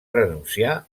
renunciar